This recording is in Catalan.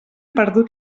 perdut